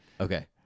okay